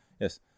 Yes